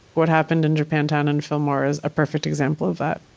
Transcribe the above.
what happened in japantown and fillmore is a perfect example of that.